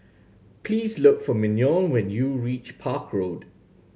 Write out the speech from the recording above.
please look for Mignon when you reach Park Road